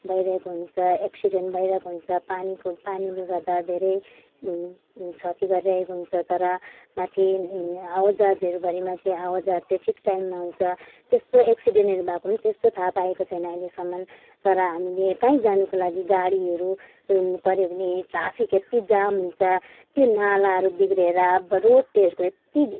भइरहेको हुन्छ एक्सिडेन्ट भइरहेको हुन्छ पानीको पानीले गर्दा धेरै क्षति गरिरहेको हुन्छ तर माथि हावाजहाजहरू बारेमा चाहिँ हावाजहाज चाहिँ ठिक टाइममा आउँछ त्यस्तो एक्सिडेन्टहरू भएको पनि त्यस्तो थाहा पाइएको छैन अहिलेसम्म तर हामीले काहीँ जानुको लागि गाडीहरू रुङ्नुपऱ्यो भने ट्राफिक यत्ति जाम हुन्छ त्यो नालाहरू बिग्रिएर अब रोडहरूको यत्ति